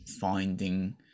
finding